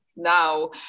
now